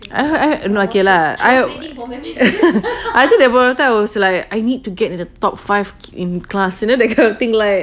I h~ I h~ no okay lah I I think that point of time I was like I need to get the top five in class you know that kind of thing like